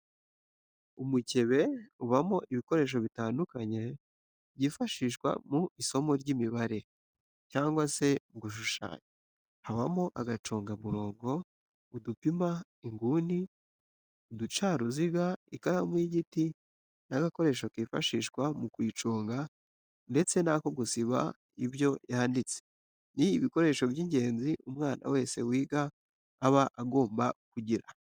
Umukebe ubamo ibikoresho bitandukanye byifashishwa mu isomo ry'imibare cyangwa se mu gushushanya habamo agacamurongo gato, udupima inguni, uducaruziga, ikaramu y'igiti n'agakoresho kifashishwa mu kuyiconga ndetse n'ako gusiba ibyo yanditse, ni ibikoresho by'ingenzi umwana wese wiga aba agomba kugira.